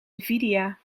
nvidia